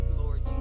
Lord